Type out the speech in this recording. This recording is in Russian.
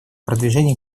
продвижении